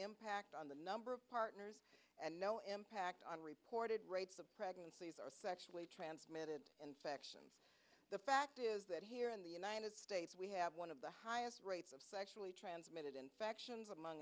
impact on the number of partners and no impact on reported rates of pregnancies are sexually transmitted infections the fact is that here in the united states we have one of the highest rates of sexually transmitted infections among